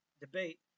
debate